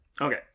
Okay